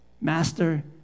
Master